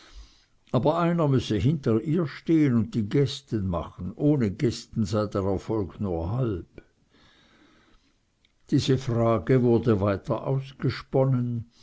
aber einer müsse hinter ihr stehen und die gesten machen ohne gesten sei der erfolg nur halb diese frage wurde weiter ausgesponnen